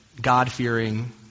God-fearing